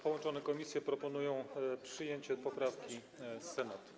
Połączone komisje proponują przyjęcie poprawki Senatu.